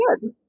good